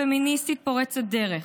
פמיניסטית פורצת דרך,